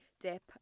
dip